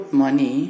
money